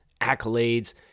accolades